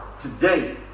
today